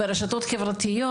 ברשתות החברתיות.